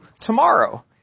tomorrow